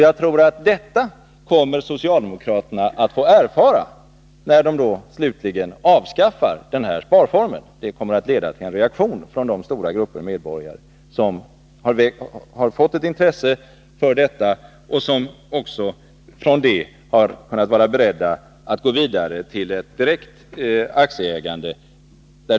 Jag tror att socialdemokraterna kommer att erfara detta när de slutligen avskaffar denna sparform. Avskaffandet kommer att leda till en reaktion från de stora grupper medborgare som har fått ett intresse för dessa frågor och som också därför har varit beredda att gå vidare till ett direkt aktieägande.